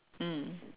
mm